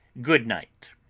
good-night.